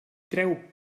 treu